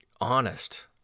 honest